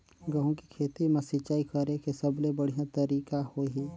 गंहू के खेती मां सिंचाई करेके सबले बढ़िया तरीका होही?